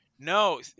No